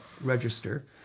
register